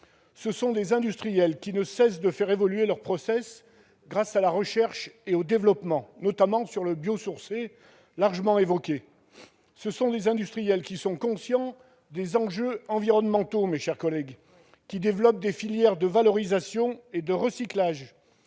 Ce sont des industriels qui ne cessent de faire évoluer leurs process grâce à la recherche et au développement, notamment sur les matières biosourcées, largement évoquées. Ce sont des industriels qui sont conscients des enjeux environnementaux et qui développent des filières de valorisation et de recyclage.